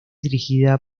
dirigida